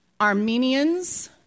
Armenians